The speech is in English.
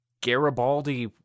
Garibaldi